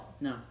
No